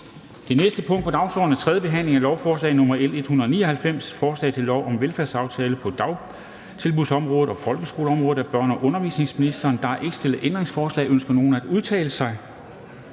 Det næste punkt på dagsordenen er: 4) 3. behandling af lovforslag nr. L 199: Forslag til lov om velfærdsaftaler på dagtilbudsområdet og folkeskoleområdet. Af børne- og undervisningsministeren (Pernille Rosenkrantz-Theil).